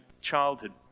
childhood